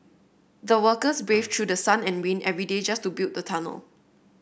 the workers braved through the sun and rain every day just to build the tunnel